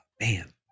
man